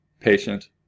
patient